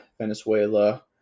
Venezuela